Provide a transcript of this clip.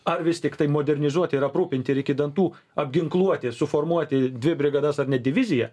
ar vis tiktai modernizuoti ir aprūpinti ir iki dantų apginkluoti suformuoti dvi brigadas ar net diviziją